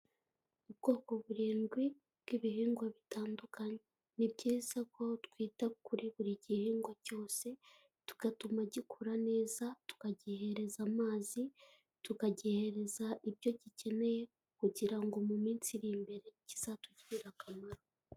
Ubwoko burindwi bw'ibihingwa bitandukanye, ni byiza ko twita kuri buri gihingwa cyose, tugatuma gikura neza tukagihereza amazi tukagihereza ibyo gikeneye kugira ngo mu minsi iri imbere kizatugirire akamaro.